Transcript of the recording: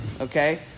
okay